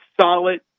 solid